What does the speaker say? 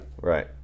Right